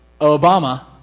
Obama